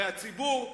הרי הציבור,